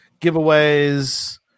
giveaways